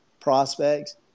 prospects